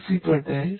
C Patel